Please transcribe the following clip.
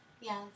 yes